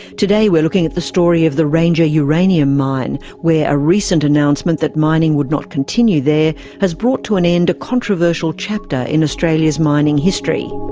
today, we're looking at the story of the ranger uranium mine, where a recent announcement that mining would not continue there has brought to an end a controversial chapter in australia's mining history.